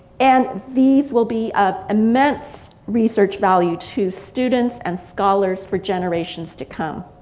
and these will be of immense research value to students and scholars for generations to come.